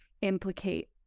implicate